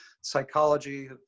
Psychology